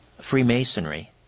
Freemasonry